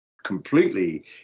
completely